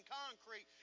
concrete